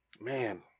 Man